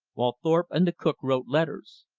while thorpe and the cook wrote letters.